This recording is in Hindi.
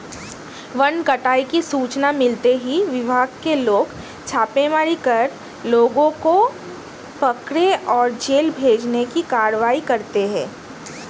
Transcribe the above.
वन कटाई की सूचना मिलते ही विभाग के लोग छापेमारी कर लोगों को पकड़े और जेल भेजने की कारवाई करते है